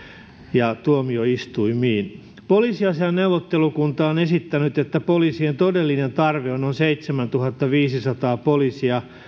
ja tuomioistuimiin poliisiasiain neuvottelukunta on esittänyt että poliisien todellinen tarve on noin seitsemäntuhattaviisisataa poliisia